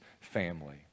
family